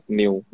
new